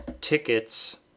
tickets